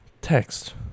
text